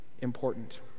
important